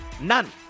none